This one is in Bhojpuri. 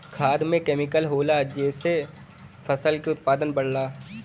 खाद में केमिकल होला जेसे फसल के उत्पादन बढ़ला